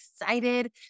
excited